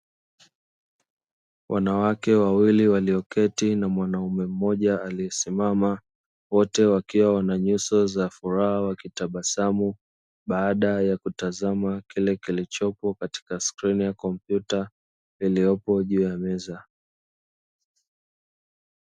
Wanawake wawili walio keti na mwanaume mmoja aliye simama wote wakiwa wana nyuso za furaha, wakitabasamu baada ya kutazama kile kilichopo katika skrini ya kompyuta iliyopo juu ya meza.